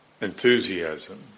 enthusiasm